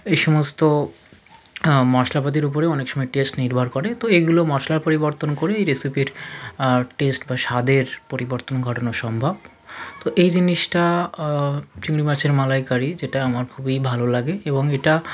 এই সমস্ত মশলাপাতির ওপরেও অনেক সময় টেস্ট নির্ভর করে তো এইগুলো মশলার পরিবর্তন করে এই রেসিপির টেস্ট বা স্বাদের পরিবর্তন ঘটানো সম্ভব তো এই জিনিসটা চিংড়ি মাছের মালাইকারি যেটা আমার খুবই ভালো লাগে এবং এটা